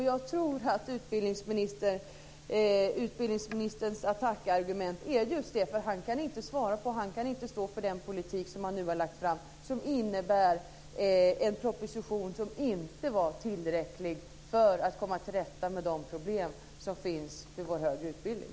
Jag tror att utbildningsministerns attackargument är just det, för han kan inte svara på och inte stå för den politik som han nu har lagt fram och som innebär en proposition som inte var tillräcklig för att komma till rätta med de problem som finns inom vår högre utbildning.